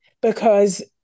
because-